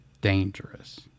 dangerous